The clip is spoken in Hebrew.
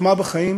"החוכמה בחיים